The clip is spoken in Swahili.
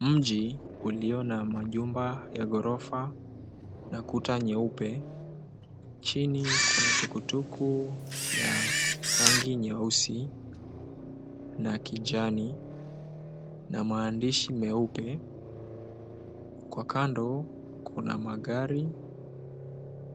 Mji ulio na majumba ya ghorofa na kuta nyeupe. Chini kuna tukutuku ya rangi nyeusi na kijani, na maandishi meupe. Kwa kando kuna magari